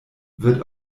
wird